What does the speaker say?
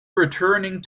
returning